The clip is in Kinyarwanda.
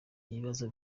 ibibazo